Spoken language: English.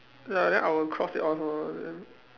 ya then I will cross it off lor then